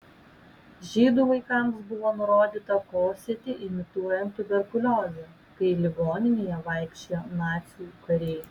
žydų vaikams buvo nurodyta kosėti imituojant tuberkuliozę kai ligoninėje vaikščiojo nacių kariai